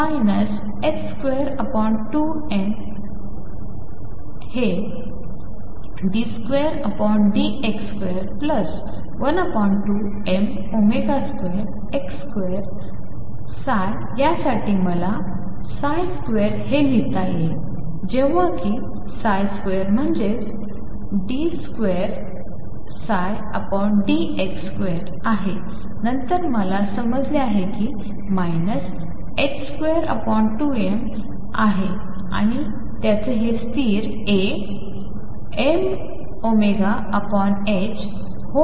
22m आहे d2dx2 12m2x2 या साठी मला ψ हे लिहिता येईल जेव्हा कि ψम्हणजेच d2dx2 आहे नंतर मला समजले कि हे 22m आहे आणि हे त्यांच्या स्थिरA mω2x2x Amωx12m2x2Aψ